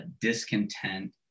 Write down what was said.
discontent